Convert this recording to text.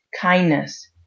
kindness